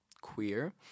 queer